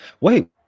wait